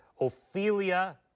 Ophelia